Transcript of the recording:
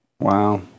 Wow